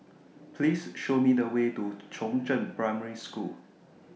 Please Show Me The Way to Chongzheng Primary School